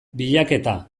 bilaketa